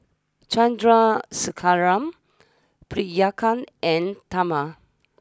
Chandrasekaran Priyanka and Tharman